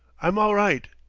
i'm all right.